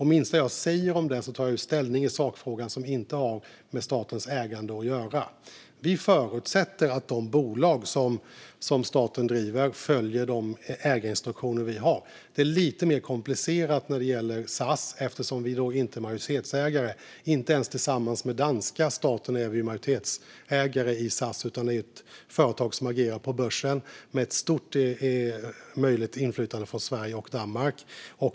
Minsta jag säger om detta gör att jag tar ställning i sakfrågan som inte har med statens ägande att göra. Vi förutsätter att de bolag som staten driver följer de ägarinstruktioner som vi har. Det är lite mer komplicerat när det gäller SAS eftersom vi inte är majoritetsägare. Inte ens tillsammans med danska staten är vi majoritetsägare i SAS, utan det är ett företag som agerar på börsen med en stor möjlighet till inflytande från Sverige och Danmark.